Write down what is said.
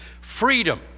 Freedom